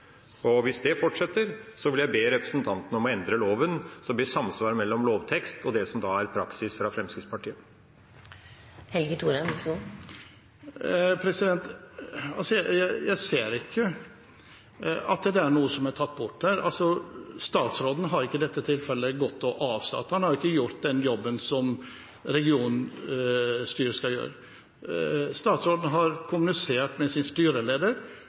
bort. Hvis dette fortsetter, vil jeg be representanten om å endre loven slik at det blir samsvar mellom lovtekst og det som er praksis fra Fremskrittspartiets side. Jeg ser ikke at det er noe som er tatt bort her. Altså: Statsråden har ikke i dette tilfellet avsatt – han har ikke gjort den jobben som regionstyret skal gjøre. Statsråden har kommunisert med sin styreleder